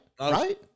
Right